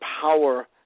power